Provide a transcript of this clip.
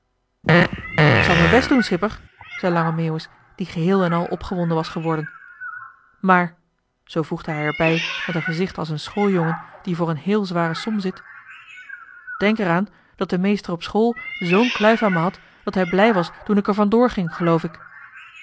k zal mijn best doen schipper zei lange meeuwis die geheel en al opgewonden was geworden maar zoo voegde hij er bij met een gezicht als een schooljongen die voor een heel zware som zit denk er aan dat de meester op school z'n kluif aan me had dat hij blij was toen ik er vandoor ging geloof ik